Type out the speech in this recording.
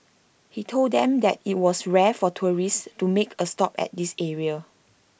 he told them that IT was rare for tourists to make A stop at this area